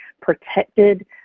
protected